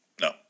No